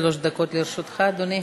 עד שלוש דקות לרשותך, אדוני.